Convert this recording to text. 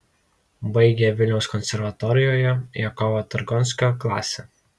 baigė vilniaus konservatorijoje jakovo targonskio klasę